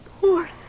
Poor